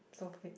so fake